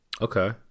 Okay